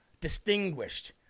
distinguished